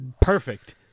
perfect